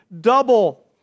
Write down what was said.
Double